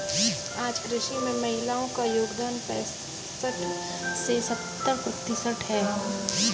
आज कृषि में महिलाओ का योगदान पैसठ से सत्तर प्रतिशत है